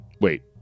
Wait